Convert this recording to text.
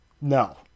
No